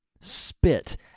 spit